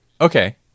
Okay